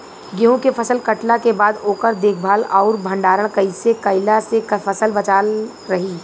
गेंहू के फसल कटला के बाद ओकर देखभाल आउर भंडारण कइसे कैला से फसल बाचल रही?